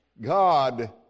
God